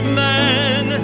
man